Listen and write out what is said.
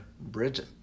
Bridget